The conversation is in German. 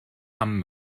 hamm